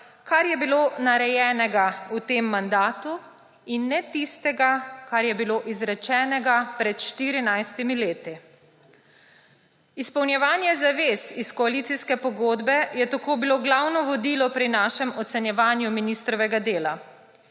kar je bilo narejenega v tem mandatu, in ne tistega, kar je bilo izrečenega pred 14 leti. Izpolnjevanje zavez iz koalicijske pogodbe je tako bilo glavno vodilo pri našem ocenjevanju ministrovega dela.